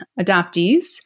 adoptees